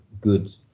good